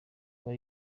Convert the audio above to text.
kuba